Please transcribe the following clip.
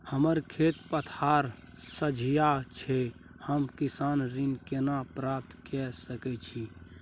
हमर खेत पथार सझिया छै हम किसान ऋण केना प्राप्त के सकै छी?